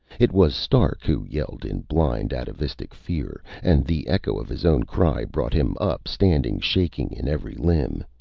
it was stark who yelled in blind atavistic fear, and the echo of his own cry brought him up standing, shaking in every limb.